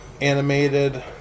...animated